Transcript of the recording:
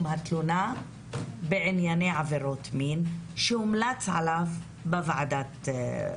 התלונה בענייני עבירות מין עליהם הומלץ בוועדת ברלינר.